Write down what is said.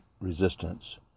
Resistance